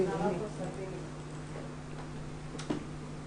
לנו חוזר של מחלות כרוניות,